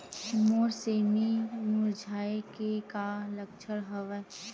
मोर सेमी मुरझाये के का लक्षण हवय?